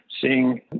seeing